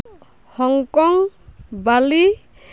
Hong Kong Bali